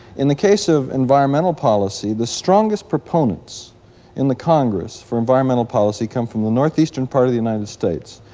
in the case of environmental policy, the strongest proponents in the congress for environmental policy come from the northeastern part of the united states,